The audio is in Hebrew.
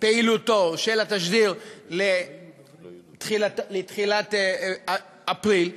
פעילותו של התשדיר לתחילת אפריל,